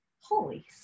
holy